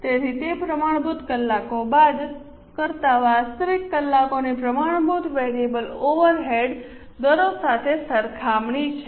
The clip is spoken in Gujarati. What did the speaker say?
તેથી તે પ્રમાણભૂત કલાકો બાદ કરતા વાસ્તવિક કલાકોની પ્રમાણભૂત વેરીએબલ ઓવરહેડ દરો સાથે સરખામણી છે